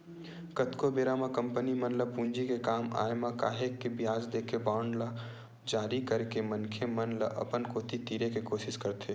कतको बेरा म कंपनी मन ल पूंजी के काम आय म काहेक के बियाज देके बांड ल जारी करके मनखे मन ल अपन कोती तीरे के कोसिस करथे